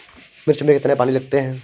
मिर्च में कितने पानी लगते हैं?